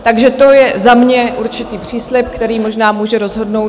Takže to je za mě určitý příslib, který možná může rozhodnout